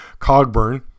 Cogburn